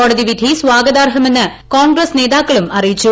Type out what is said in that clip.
കോടതി വിധി സ്വാഗതാർഹമെന്ന് കോൺഗ്രസ് നേതാക്കളും അറിയിച്ചു